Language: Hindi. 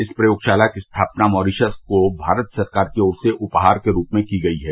इस प्रयोगशाला की स्थापना मॉरीशस को भारत सरकार की ओर से उपहार के रूप में की गयी है